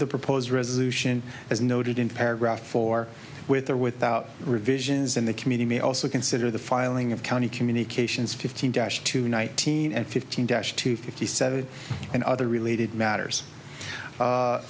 the proposed resolution as noted in paragraph four with or without revisions in the community may also consider the filing of county communications fifteen dash two nineteen and fifteen dash two fifty seven and other related matters